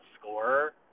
scorer